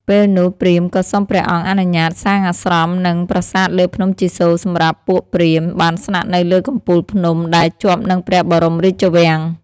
ពេលនោះ ព្រាហ្មណ៍ក៏សុំព្រះអង្គអនុញ្ញាតសាងអាស្រម និងប្រាសាទលើភ្នំជីសូរសម្រាប់ពួកព្រាហ្មណ៍បានស្នាក់នៅលើកំពូលភ្នំ ដែលជាប់នឹងព្រះបរមរាជវាំង។